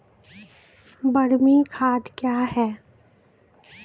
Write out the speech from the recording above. बरमी खाद कया हैं?